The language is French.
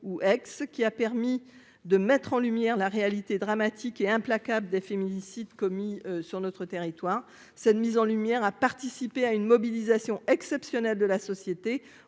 qui a permis de mettre en lumière la réalité dramatique et implacable des féminicides commis sur notre territoire, cette mise en lumière à participer à une mobilisation exceptionnelle de la société